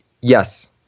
Yes